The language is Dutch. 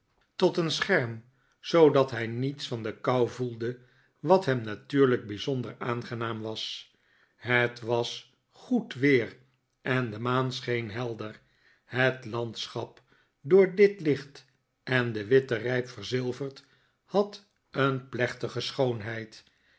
tot een scherm zoodat hij niets van de kou voelde wat hem natuurlijk bijzonder aangenaam was het was goed weer en de maan scheen helder het landschap door dit licht en den witten rijp verzilverd had een plechtige schoonheid